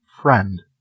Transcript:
friend